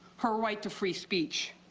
her right to free speech,